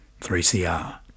3CR